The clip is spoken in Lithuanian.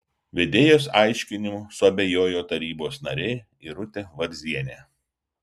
vedėjos aiškinimu suabejojo tarybos narė irutė varzienė